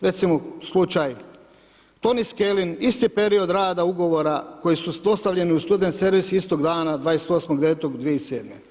Recimo slučaj Toni Skelin isti period rada ugovora koji su dostavljeni u studentski servis istog dana, 28.9.2007.